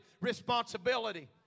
responsibility